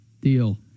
deal